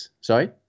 sorry